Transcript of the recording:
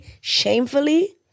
shamefully